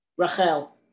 Rachel